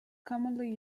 commonly